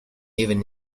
even